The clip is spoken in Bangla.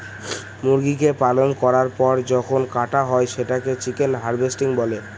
মুরগিকে পালন করার পর যখন কাটা হয় সেটাকে চিকেন হার্ভেস্টিং বলে